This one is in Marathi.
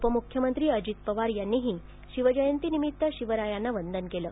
उपमुख्यमंत्री अजित पवार यांनीही शिवजयंती निमित्त शिवरायांना वंदन केलं